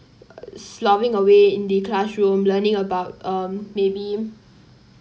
slogging away in the classroom learning about um maybe